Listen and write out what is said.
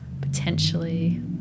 potentially